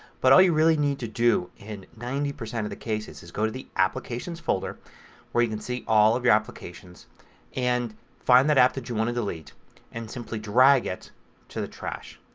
but all you really need to do, in ninety percent of the cases, is go to the applications folder where you can see all of the applications and find the app that you want to delete and simply drag it to the trash.